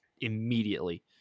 immediately